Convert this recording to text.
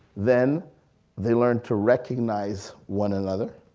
then they learn to recognize one another,